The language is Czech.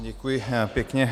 Děkuji pěkně.